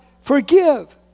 Forgive